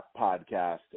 Podcast